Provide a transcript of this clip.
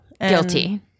Guilty